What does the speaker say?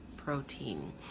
protein